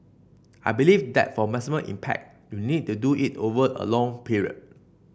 I believe that for maximum impact you need to do it over a long period